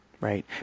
Right